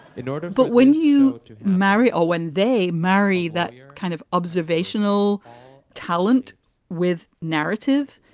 in order. but when you marry or when they marry that kind of observational talent with narrative,